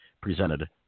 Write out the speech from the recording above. presented